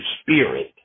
Spirit